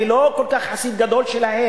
אני לא חסיד כל כך גדול שלהם,